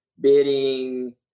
bidding